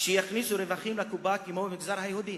שיכניסו רווחים לקופה כמו במגזר היהודי.